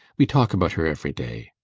we talk about her every day.